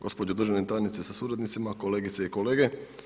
Gospođo državna tajnice sa suradnicima, kolegice i kolege.